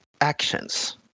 actions